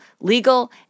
legal